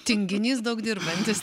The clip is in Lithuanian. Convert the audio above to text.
tinginys daug dirbantis